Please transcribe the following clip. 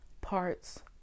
parts